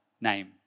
name